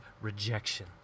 rejection